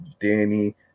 Danny